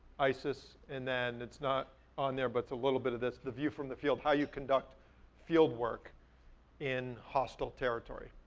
isis, and then it's not on there but it's a little bit of this, the view from the field. how do you conduct field work in hostile territory?